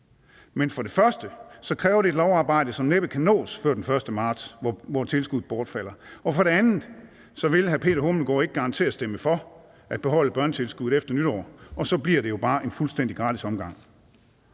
Men for det første kræver det et lovarbejde, som næppe kan nås før den 1. marts, hvor tilskuddet bortfalder, og for det andet vil den fungerende beskæftigelsesminister ikke garantere at stemme for at beholde børnetilskuddet efter nytår. Og så bliver det jo bare en fuldstændig gratis omgang.